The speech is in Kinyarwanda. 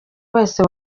wese